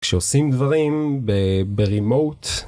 כשעושים דברים ברימוט.